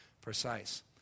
precise